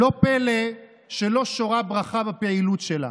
לא פלא שלא שורה ברכה בפעילות שלה.